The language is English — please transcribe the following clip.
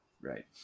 Right